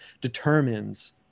determines